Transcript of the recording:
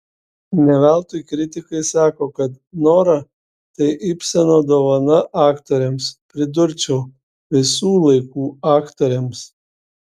ne veltui kritikai sako kad nora tai ibseno dovana aktorėms pridurčiau visų laikų aktorėms